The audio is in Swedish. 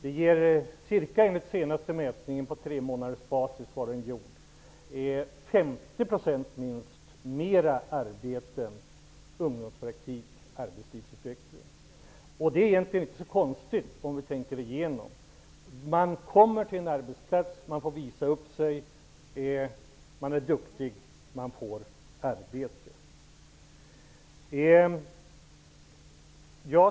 Enligt den senaste mätning som gjorts på tremånadersbasis ger de minst 50 % fler arbeten än andra åtgärder. Det är egentligen inte så konstigt. Man kommer till en arbetsplats, får visa upp sig, man är duktig, man får arbete.